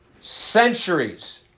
centuries